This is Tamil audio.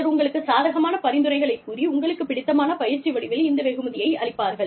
சிலர் உங்களுக்குச் சாதகமான பரிந்துரைகளை கூறி உங்களுக்கு பிடித்தமான பயிற்சி வடிவில் இந்த வெகுமதியை அளிப்பார்கள்